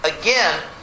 again